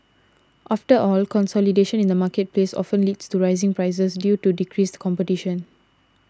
after all consolidation in the marketplace often leads to rising prices due to decreased competition